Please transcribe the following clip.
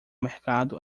mercado